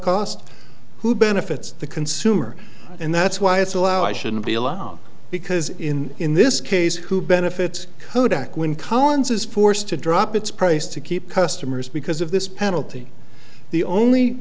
cost who benefits the consumer and that's why it's allow i shouldn't be allowed because in in this case who benefits kodak when carnes is forced to drop its price to keep customers because of this penalty the only